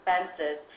expenses